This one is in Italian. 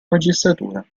magistratura